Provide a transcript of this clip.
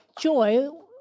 joy